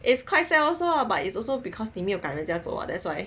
it's quite sad also ah but it's also because